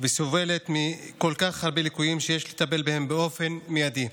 וסובלת מכל כך הרבה ליקויים שיש לטפל בהם באופן מיידי,